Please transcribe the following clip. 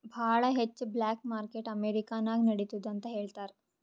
ಭಾಳ ಹೆಚ್ಚ black market America ನಾಗ್ ನಡಿತ್ತುದ್ ಅಂತ್ ಹೇಳ್ತಾರ್